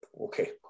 Okay